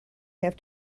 have